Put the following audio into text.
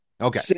Okay